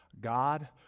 God